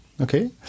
okay